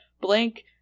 blank